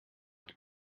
het